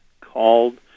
called